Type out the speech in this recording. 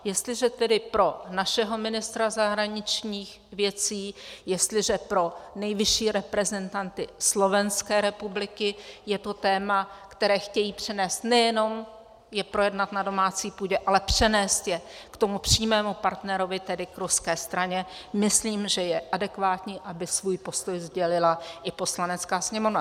Jestliže tedy pro našeho ministra zahraničních věcí, jestliže pro nejvyšší reprezentanty Slovenské republiky je to téma, které chtějí přenést, nejenom je projednat na domácí půdě, ale přenést je k tomu přímému partnerovi, tedy k ruské straně, myslím, že je adekvátní, aby svůj postoj sdělila i Poslanecké sněmovna.